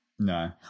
No